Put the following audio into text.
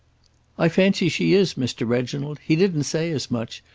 i fancy she is, mr. reginald. he didn't say as much,